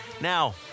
Now